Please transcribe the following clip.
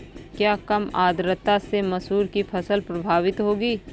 क्या कम आर्द्रता से मसूर की फसल प्रभावित होगी?